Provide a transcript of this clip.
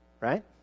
right